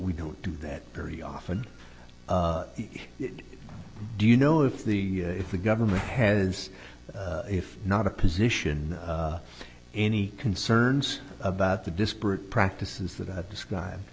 we don't do that very often do you know if the if the government has if not a position any concerns about the disparate practices that i've described